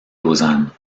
lausanne